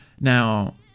Now